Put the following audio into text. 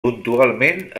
puntualment